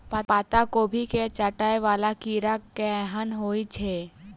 पत्ता कोबी केँ चाटय वला कीड़ा केहन होइ छै?